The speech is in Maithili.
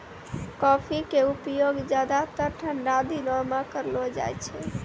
कॉफी के उपयोग ज्यादातर ठंडा दिनों मॅ करलो जाय छै